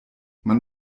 man